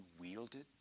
wielded